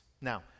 Now